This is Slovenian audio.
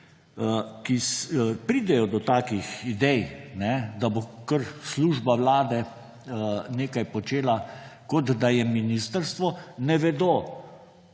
ki pridejo do takih idej, da bo kar služba vlade nekaj počela kot da je ministrstvo, ne vedo,